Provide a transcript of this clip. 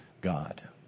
God